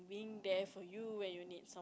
being there for you when you need